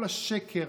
כל השקר,